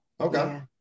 Okay